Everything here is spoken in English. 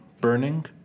burning